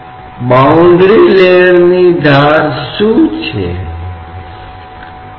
और हम एक ही छत्र के नीचे इन अवधारणाओं को एक साथ सीखेंगे क्योंकि वे बहुत संबंधित हैं